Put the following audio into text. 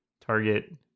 target